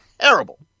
Terrible